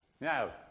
Now